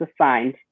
assigned